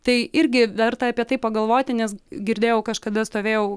tai irgi verta apie tai pagalvoti nes girdėjau kažkada stovėjau